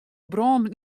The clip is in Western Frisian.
brân